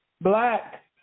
Black